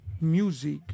music